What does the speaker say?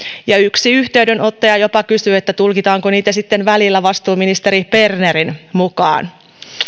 yksi yhteydenottaja jopa kysyi tulkitaanko niitä sitten välillä vastuuministeri bernerin mukaan